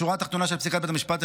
השורה התחתונה של פסיקת בית המשפט,